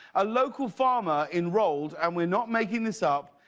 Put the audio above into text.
a local farmer enrolled and we're not making this up,